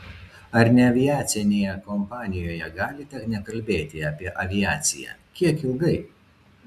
ar neaviacinėje kompanijoje galite nekalbėti apie aviaciją kiek ilgai